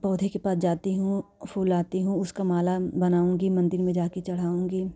पौधे के पास जाती हूँ फूल लाती हूँ उसका माला बनाऊँगी मंदिर में जाकर चढ़ाऊँगी